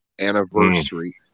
anniversary